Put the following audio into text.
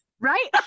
right